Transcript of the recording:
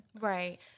Right